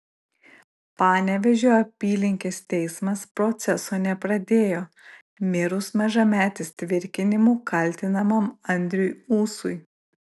panevėžio apylinkės teismas proceso nepradėjo mirus mažametės tvirkinimu kaltinamam andriui ūsui